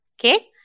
Okay